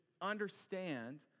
understand